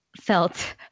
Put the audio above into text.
felt